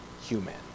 human